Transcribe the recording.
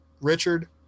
Richard